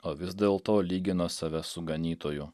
o vis dėl to lygino save su ganytoju